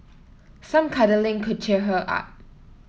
some cuddling could cheer her up